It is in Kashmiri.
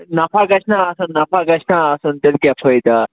نَفع گژھِ نا آسُن نَفع گژھِ نا آسُن تیٚلہِ کیٛاہ فٲیدٕ آو